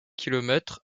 kilomètres